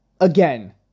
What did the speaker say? Again